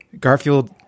Garfield